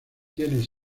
tiene